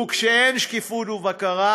וכשאין שקיפות ובקרה,